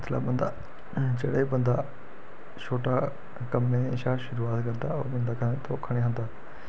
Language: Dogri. जिसलै बंदा जेह्ड़ा बी बंदा छोटा कम्मै शा शुरुआत करदा ओह् बंदा कदें धोखा नी खंदा